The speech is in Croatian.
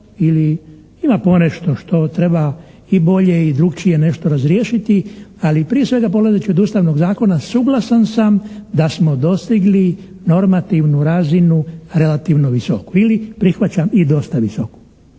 ili ima ponešto što treba i bolje i drukčije nešto razriješiti, ali prije svega polazeći od Ustavnog zakona suglasan sam da smo dostigli normativnu razinu relativno visoku ili prihvaćam i dosta visoku.